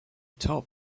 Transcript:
top